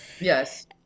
yes